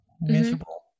miserable